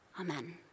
Amen